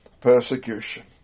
persecution